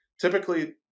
Typically